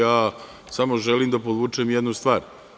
Ja samo želim da podvučem jednu stvar.